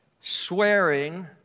swearing